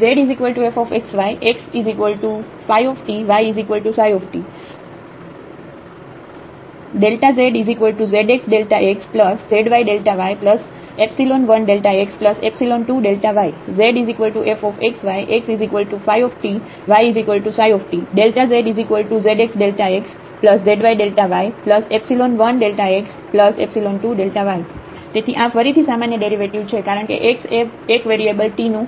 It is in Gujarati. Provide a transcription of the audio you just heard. zf x y x y Δ zzx Δ xz y Δ yϵ1 Δxϵ2 Δ y zf x y x y Δ zzx Δ xz y Δ yϵ1 Δxϵ2 Δ y તેથી આ ફરીથી સામાન્ય ડેરિવેટિવ છે કારણ કે x એ 1 વેરીએબલ t નું